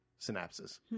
synapses